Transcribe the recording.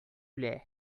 үлә